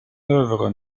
œuvre